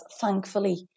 thankfully